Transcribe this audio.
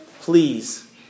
please